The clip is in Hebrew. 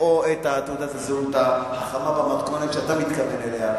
או את תעודת הזהות החכמה במתכונת שאתה מתכוון אליה,